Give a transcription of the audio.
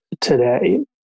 today